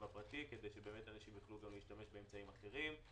הפרטי כדי שאנשים יוכלו להשתמש גם באמצעים אחרים.